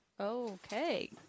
Okay